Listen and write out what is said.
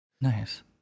Nice